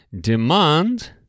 demand